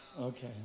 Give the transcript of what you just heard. Okay